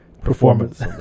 Performance